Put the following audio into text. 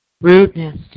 Rudeness